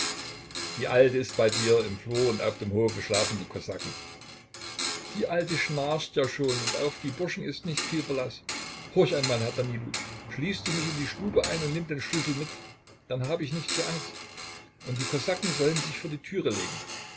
die alte ist bei dir im flur und auf dem hofe schlafen die kosaken die alte schnarcht ja schon und auf die burschen ist nicht viel verlaß horch einmal herr danilo schließ du mich in die stube ein und nimm den schlüssel mit dann hab ich nicht so angst und die kosaken sollen sich vor die türe legen